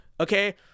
okay